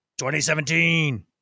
2017